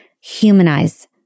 humanize